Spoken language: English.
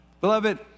Beloved